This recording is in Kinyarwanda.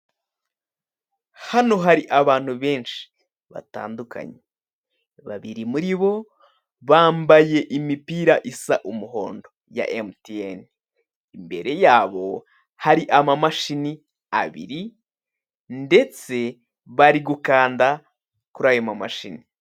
Hano hari abantu benshi batandukanye babiri muri bo bambaye imipira isa umuhondo ya emutiyene. Imbere ya bo hari amamashini abiri ndetse bari gukanda kuri ayo mamashini.